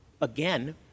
again